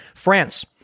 France